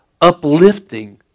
uplifting